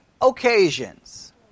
occasions